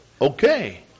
okay